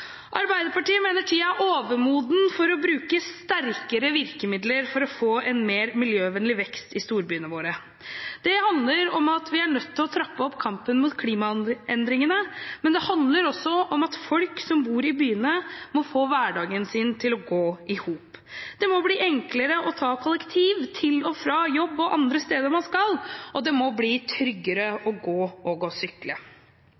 Arbeiderpartiet mener at tiden er overmoden for å bruke sterkere virkemidler for å få en mer miljøvennlig vekst i storbyene våre. Det handler om at vi er nødt til å trappe opp kampen mot klimaendringene, men det handler også om at folk som bor i byene, må få hverdagen sin til å gå i hop. Det må bli enklere å reise kollektivt til og fra jobb og andre steder man skal, og det må bli